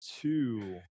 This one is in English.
two